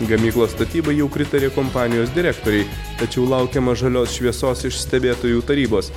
gamyklos statybai jau pritarė kompanijos direktoriai tačiau laukiama žalios šviesos iš stebėtojų tarybos